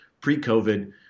pre-COVID